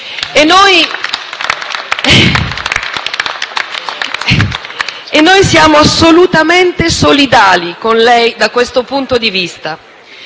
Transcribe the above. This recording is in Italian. Noi siamo assolutamente solidali con lei da questo punto di vista